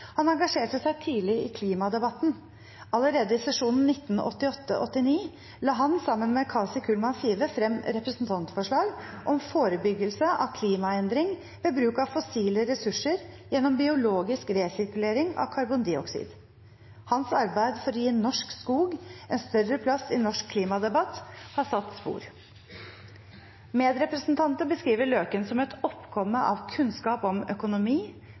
Han engasjerte seg tidlig i klimadebatten. Allerede i sesjonen 1988–1989 la han sammen med Kaci Kullmann Five frem representantforslag «om forebyggelse av klimaendring ved bruk av fossile ressurser gjennom biologisk resirkulering av karbondioksid». Hans arbeid for å gi norsk skog en større plass i norsk klimadebatt har satt spor. Medrepresentanter beskriver Løken som et oppkomme av kunnskap om økonomi,